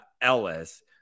Ellis